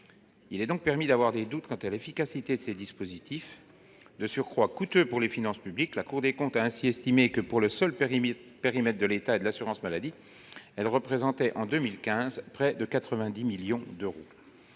Il est donc permis d'avoir des doutes quant à l'efficacité de ces dispositifs, de surcroît coûteux pour les finances publiques. La Cour des comptes a ainsi estimé que, pour le seul périmètre de l'État et de l'assurance maladie, ces dispositifs représentaient, en 2015, près de 90 millions d'euros.